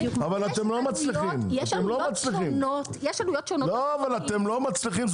יש עלויות שונות --- אבל אתם לא מצליחים,